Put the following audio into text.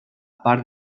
part